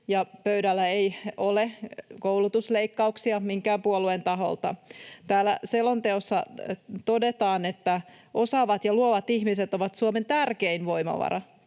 pöydällä ole koulutusleikkauksia minkään puolueen taholta. Täällä selonteossa todetaan, että osaavat ja luovat ihmiset ovat Suomen tärkein voimavara